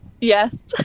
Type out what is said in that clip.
Yes